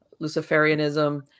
Luciferianism